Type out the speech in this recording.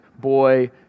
boy